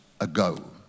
ago